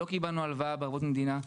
לא קיבלנו הלוואה בערבות מדינה.